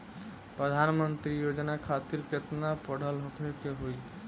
प्रधानमंत्री योजना खातिर केतना पढ़ल होखे के होई?